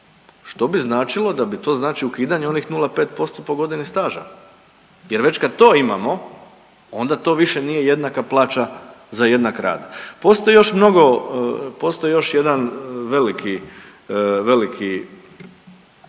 što bi značilo da bi to znači ukidanje onih 0,5% po godini staža jer već kad to imamo onda to više nije jednaka plaća za jednak rad. Postoji još mnogo,